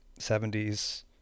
70s